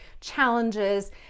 challenges